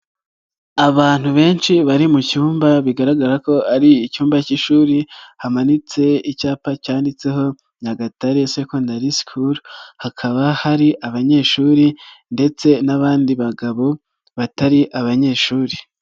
Abantu benshi bari mu cyumba bigaragara ko ari icyumba cy'ishuri, hamanitse icyapa cyanditseho Nyagatare secondary school, hakaba hari abanyeshuri ndetse n'abandi bagabo batari abanyeshuri.